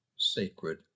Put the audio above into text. sacred